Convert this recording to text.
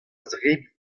zebriñ